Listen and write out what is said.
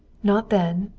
not then,